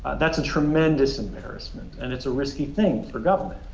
that's a tremendous embarrassment and it's a risky thing for government.